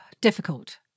difficult